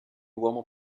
uomo